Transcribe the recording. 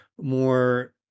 more